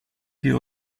wir